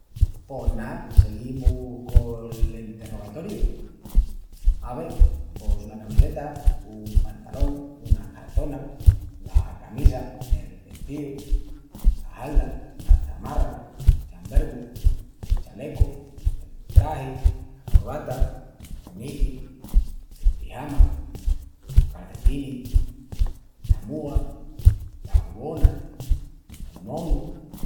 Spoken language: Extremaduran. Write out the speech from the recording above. Pos ná, seguimus col enterrogatoriu… Ave, pos una camiseta, un pantalón, unas calçonas, la camisa, el vestíu, la halda, la çamarra, el chambergu, el chalecu, el tragi, la corvata, el niqui, el pijama, los calcetinis, la múa, la jubona, el monu,...